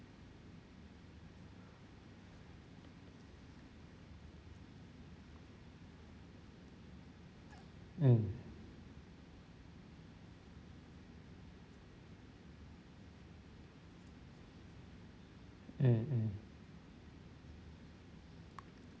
mm mm mm